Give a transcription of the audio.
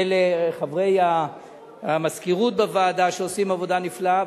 ולחברי המזכירות בוועדה שעושים עבודה נפלאה.